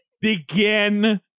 begin